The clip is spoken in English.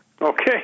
Okay